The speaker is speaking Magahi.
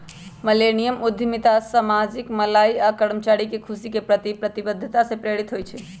मिलेनियम उद्यमिता सामाजिक भलाई आऽ कर्मचारी के खुशी के प्रति प्रतिबद्धता से प्रेरित होइ छइ